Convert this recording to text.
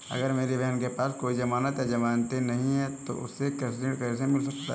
अगर मेरी बहन के पास कोई जमानत या जमानती नहीं है तो उसे कृषि ऋण कैसे मिल सकता है?